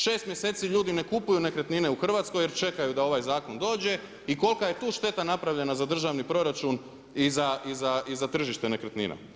6 mjeseci ljudi ne kupuju nekretnine u Hrvatskoj jer čekaju da ovaj zakon dođe i kolika je tu šteta napravljena za državni proračun i za tržište nekretnina?